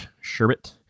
sherbet